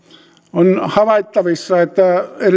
on havaittavissa että